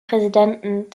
präsidenten